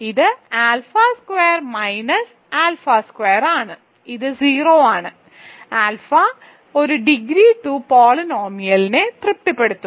ഇത് alpha squared minus alpha സ്ക്വയറാണ് ഇത് 0 ആണ് ആൽഫ ഒരു ഡിഗ്രി 2 പോളിനോമിയലിനെ തൃപ്തിപ്പെടുത്തുന്നു